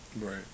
Right